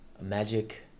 magic